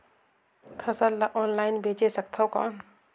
फसल ला ऑनलाइन बेचे सकथव कौन?